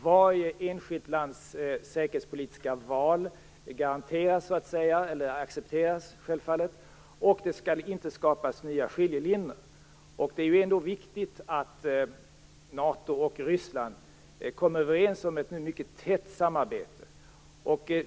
Varje enskilt lands säkerhetspolitiska val accepteras, och det skall inte skapas nya skiljelinjer. Det är viktigt att NATO och Ryssland har kommit överens om ett mycket tätt samarbete.